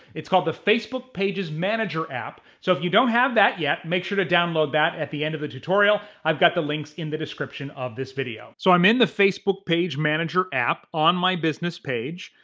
it's called the facebook pages manager app. so if you don't have that yet, make sure to download that at the end of the tutorial, i've got the links in the description of this video. so i'm in the facebook page manager app on my business page,